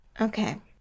Okay